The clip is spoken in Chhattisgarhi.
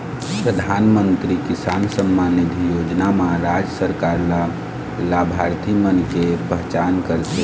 परधानमंतरी किसान सम्मान निधि योजना म राज सरकार ल लाभार्थी मन के पहचान करथे